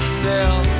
sell